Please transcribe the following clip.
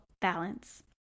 balance